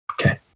Okay